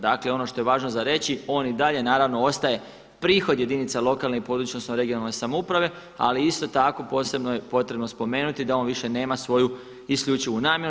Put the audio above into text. Dakle, ono što je važno za reći on i dalje naravno ostaje prihod jedinica lokalne i područne, odnosno regionalne samouprave, ali isto tako posebno je potrebno spomenuti da on više nema svoju isključivu namjenu.